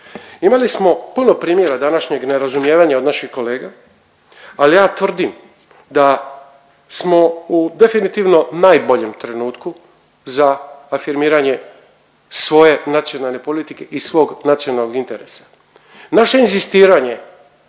Imali smo puno primjera današnjeg nerazumijevanja od naših kolega, ali ja tvrdim da smo u definitivno najboljem trenutku za afirmiranje svoje nacionalne politike i svog nacionalnog interesa. Naše inzistiranje,